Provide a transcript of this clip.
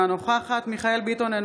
אינה נוכחת מיכאל מרדכי ביטון,